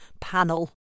panel